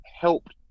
helped